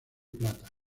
plata